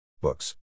Books